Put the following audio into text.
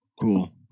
Cool